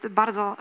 bardzo